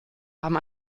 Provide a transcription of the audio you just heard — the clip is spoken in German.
haben